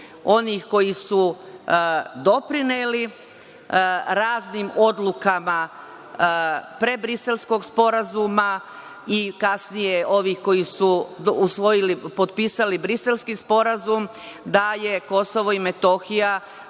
onih koji su doprineli raznim odlukama pre Briselskog sporazuma i kasnije ovih koji su usvojili, potpisali Briselski sporazum da na Kosovu i Metohiju,